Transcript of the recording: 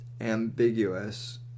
ambiguous